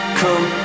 come